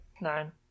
nine